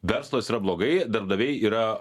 verslas yra blogai darbdaviai yra